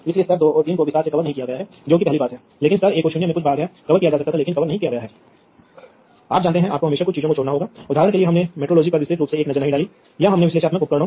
तो यह आंकड़ा दर्शाता है कि इतनी लंबी दूरी पर अभी भी आप वास्तव में एक नेटवर्क को कॉन्फ़िगर कर सकते हैं